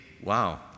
wow